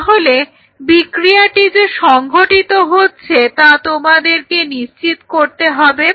তাহলে বিক্রিয়াটি যে সংঘটিত হচ্ছে তা তোমাদেরকে নিশ্চিত করতে হবে